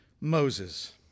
Moses